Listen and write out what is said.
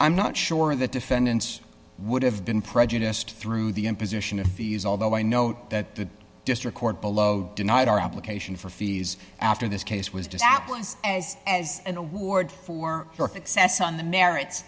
i'm not sure the defendants would have been prejudiced through the imposition of fees although i note that the district court below denied our application for fees after this case was just that was as as an award for excess on the merits